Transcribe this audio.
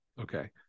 okay